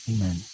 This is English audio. Amen